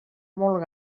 molt